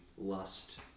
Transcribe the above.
lust